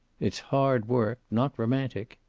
it's hard work. not romantic.